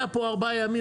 היה פה ארבעה ימים,